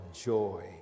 joy